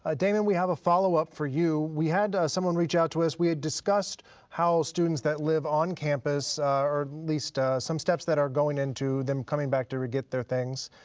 ah damon, we have a followup for you. we had someone reach out to us, we had discussed how students that live on campus or least some steps that are going into them coming back to get their things,